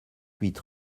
huit